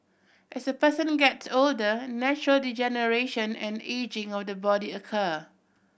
as a person gets older natural degeneration and ageing of the body occur